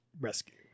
rescue